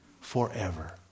forever